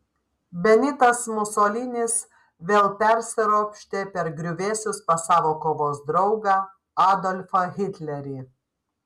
benitas musolinis vėl persiropštė per griuvėsius pas savo kovos draugą adolfą hitlerį